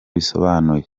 bisobanuye